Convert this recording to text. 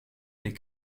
dès